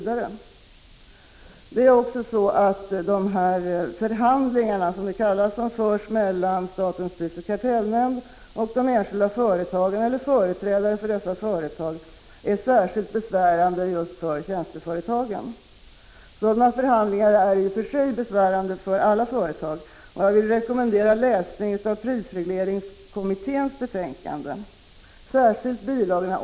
De s.k. förhandlingar som förs mellan statens prisoch kartellnämnd och de enskilda företagen eller företrädare för dessa är särskilt besvärande för tjänsteföretagen. Sådana förhandlingar är i och för sig besvärande för alla företag, och jag vill rekommendera läsning av prisregleringskommitténs betänkande. Särskilt bil.